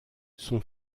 son